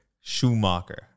Schumacher